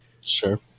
Sure